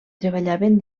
treballaven